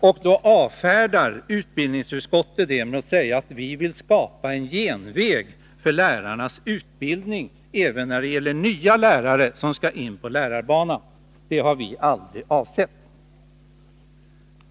Men utskottet avfärdar detta med att säga att vi vill skapa en genväg för lärarnas utbildning även när det gäller nya lärare som skall in på lärarbanan. Det har vi emellertid aldrig avsett.